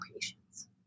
patients